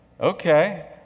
Okay